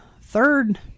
third